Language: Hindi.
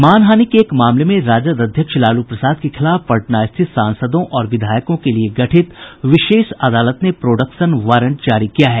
मानहानि के एक मामले में राजद अध्यक्ष लालू प्रसाद के खिलाफ पटना स्थित सांसदों और विधायकों के लिए गठित विशेष अदालत ने प्रोडक्शन वारंट जारी किया है